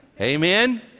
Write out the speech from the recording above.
Amen